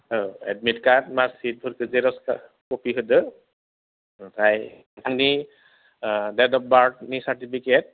admit card मार्कसिटफोरखौ xerox copy होदो ओमफ्राय नोंथांनि डेट अफ बार्थनि सार्टिफिकेट